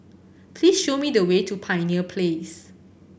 please show me the way to Pioneer Place